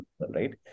right